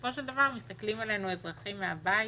בסופו של דבר מסתכלים עלינו האזרחים מהבית.